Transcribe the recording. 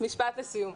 משפט לסיום.